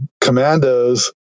commandos